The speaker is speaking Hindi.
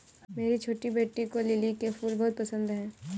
मेरी छोटी बेटी को लिली के फूल बहुत पसंद है